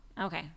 okay